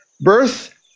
birth